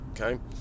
Okay